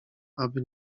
aby